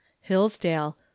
Hillsdale